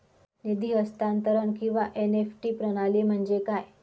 निधी हस्तांतरण किंवा एन.ई.एफ.टी प्रणाली म्हणजे काय?